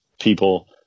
people